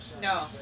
No